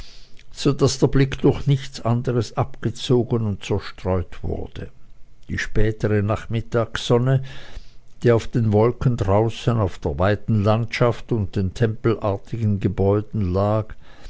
so daß der blick durch nichts anderes abgezogen und zerstreut wurde die spätere nachmittagssonne die auf den wolken draußen auf der weiten landschaft und den tempelartigen gebäuden lag